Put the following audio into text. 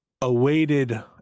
awaited